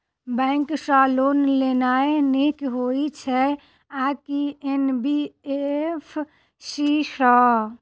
Bank सँ loan लेनाय नीक होइ छै आ की एन.बी.एफ.सी सँ?